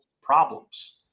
problems